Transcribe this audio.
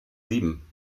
sieben